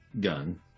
gun